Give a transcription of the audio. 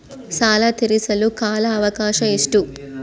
ಸಾಲ ತೇರಿಸಲು ಕಾಲ ಅವಕಾಶ ಎಷ್ಟು?